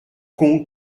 con